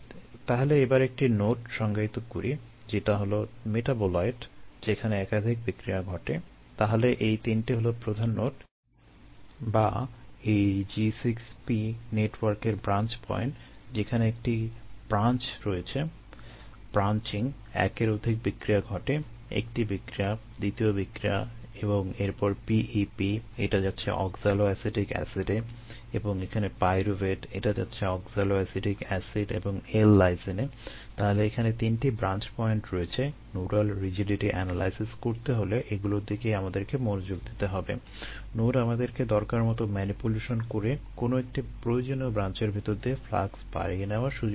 তাহলে এবার একটি নোড করে কোনো একটি প্রয়োজনীয় ব্রাঞ্চের ভেতর দিয়ে ফ্লাক্স বাড়িয়ে নেওয়ার সুযোগ করে দেয়